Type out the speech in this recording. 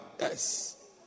yes